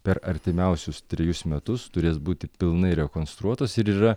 per artimiausius trejus metus turės būti pilnai rekonstruotos ir yra